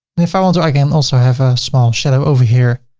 and if i want to, i can also have a small shadow over here.